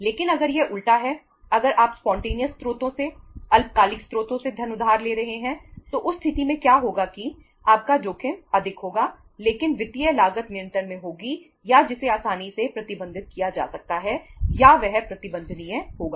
लेकिन अगर यह उल्टा है अगर आप स्पॉन्टेनियस स्रोतों से अल्पकालिक स्रोतों से धन उधार ले रहे हैं तो उस स्थिति में क्या होगा कि आपका जोखिम अधिक होगा लेकिन वित्तीय लागत नियंत्रण में होगी या जिसे आसानी से प्रबंधित किया जा सकता है या वह प्रबंधनीय होगा